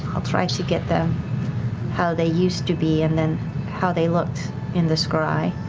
i'll try and to get them how they used to be and then how they looked in the scry,